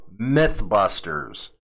Mythbusters